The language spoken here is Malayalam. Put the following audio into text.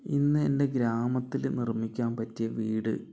ഇന്ന് എൻ്റെ ഗ്രാമത്തിൽ നിർമ്മിക്കാൻ പറ്റിയ വീട്